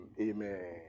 Amen